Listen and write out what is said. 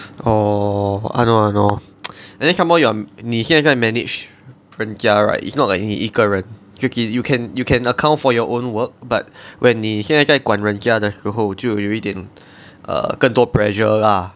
orh I know I know and then some more you are 你现在在 manage 人家 right is not like 你一个人 tricky you can you can account for your own work but when 你现在在管人家的时候就有一点 err 更多 pressure lah